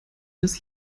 des